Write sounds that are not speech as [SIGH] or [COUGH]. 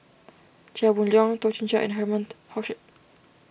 Chia Boon Leong Toh Chin Chye and Herman [UNINTELLIGIBLE]